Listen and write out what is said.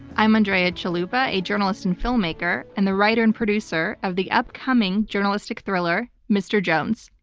i'm andrea chalupa, a journalist and filmmaker, and the writer and producer of the upcoming journalistic thriller, mr. jones.